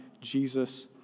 Jesus